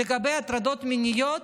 לגבי הטרדות מיניות,